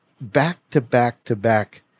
back-to-back-to-back